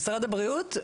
למשרד הבריאות,